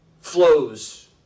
flows